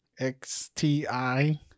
xti